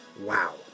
Wow